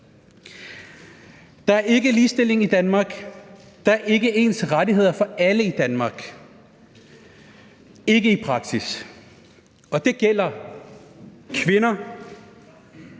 Der er ikke ligestilling i Danmark, der er ikke ens rettigheder for alle i Danmark – ikke i praksis – og det gælder for kvinder,